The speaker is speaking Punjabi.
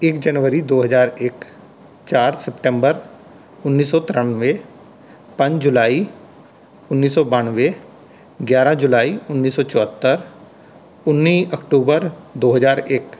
ਇੱਕ ਜਨਵਰੀ ਦੋ ਹਜ਼ਾਰ ਇੱਕ ਚਾਰ ਸਪਟੰਬਰ ਉੱਨੀ ਸੌ ਤ੍ਰਿਆਨਵੇਂ ਪੰਜ ਜੁਲਾਈ ਉੱਨੀ ਸੌ ਬਾਨਵੇਂ ਗਿਆਰ੍ਹਾਂ ਜੁਲਾਈ ਉੱਨੀ ਸੌ ਚੁਹੱਤਰ ਉੱਨੀ ਅਕਟੂਬਰ ਦੋ ਹਜ਼ਾਰ ਇੱਕ